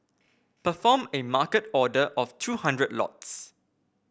perform a market order of two hundred lots